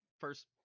first